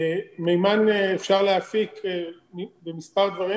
מימן אפשר להפיק ממספר דברים,